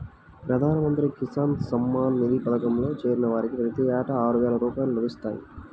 ప్రధాన మంత్రి కిసాన్ సమ్మాన్ నిధి పథకంలో చేరిన వారికి ప్రతి ఏటా ఆరువేల రూపాయలు లభిస్తాయి